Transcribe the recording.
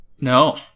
No